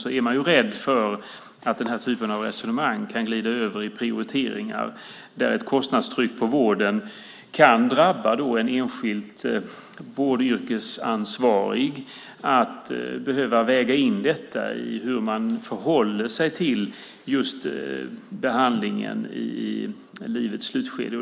Då är man rädd för att den här typen av resonemang kan glida över i prioriteringar där ett kostnadstryck på vården kan göra att en enskild vårdyrkesansvarig måste väga in detta i hur man förhåller sig till behandlingen i livets slutskede.